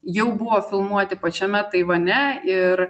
jau buvo filmuoti pačiame taivane ir